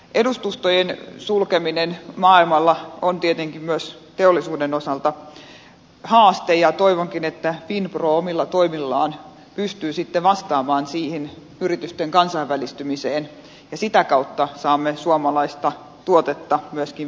edustustojen sulkeminen maailmalla on tietenkin myös teollisuuden osalta haaste ja toivonkin että finpro omilla toimillaan pystyy sitten vastaamaan siihen yritysten kansainvälistymiseen ja sitä kautta saamme suomalaista tuotetta myöskin vietyä